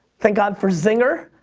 thank god for zinger.